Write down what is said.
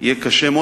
יהיה קשה מאוד.